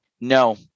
No